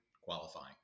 qualifying